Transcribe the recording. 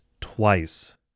twice